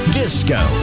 disco